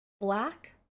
black